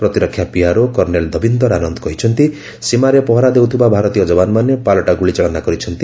ପ୍ରତିରକ୍ଷା PRO colonel Davinder Anand କହିଛନ୍ତି ସୀମାରେ ପହରା ଦେଉଥିବା ଭାରତୀୟ ଜବାନମାନେ ପାଲଟା ଗୁଳିଚାଳନା କରିଛନ୍ତି